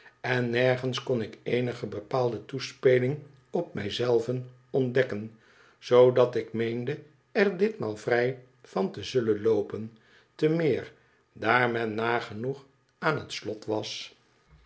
en nergens kon ik eenige bepaalde toespeling op mij zelven ontdekken zoodat ik meende er ditmaal vrij van te zullen loopen te meer daar men nagenoeg aan het slot was